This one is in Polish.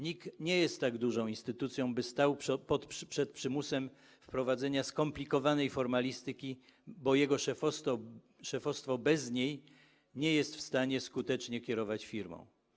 NIK nie jest tak dużą instytucją, by stać przed przymusem wprowadzenia skomplikowanej formalistyki, bo bez niej jej szefostwo nie jest w stanie skutecznie kierować firmą.